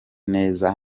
neza